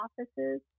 offices